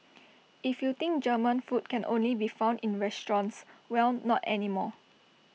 if you think German food can only be found in restaurants well not anymore